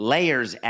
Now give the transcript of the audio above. Layers